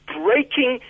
breaking